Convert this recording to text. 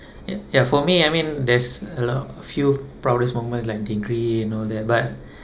ya for me I mean there's a lot a few proudest moment like degree and all that but